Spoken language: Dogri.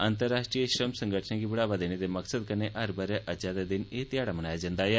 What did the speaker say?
अंतर्राश्ट्री श्रम संगठनें गी बढ़ावा देने दे मकसद कन्नै हर ब'रे अज्जै दे दिन एह् ध्याड़ा मनाया जंदा ऐ